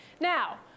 Now